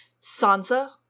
Sansa